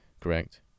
correct